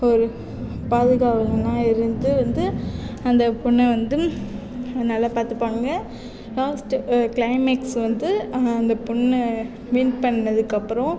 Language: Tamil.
ஒரு பாதுகாவலனாக இருந்து வந்து அந்த பொண்ணை வந்து நல்லா பார்த்துப்பாங்க லாஸ்ட்டு கிளைமேக்ஸ் வந்து அந்த பொண்ணு வின் பண்ணத்துக்கப்புறம்